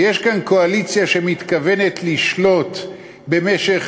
ויש כאן קואליציה שמתכוונת לשלוט במשך